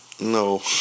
no